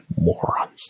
morons